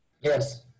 Yes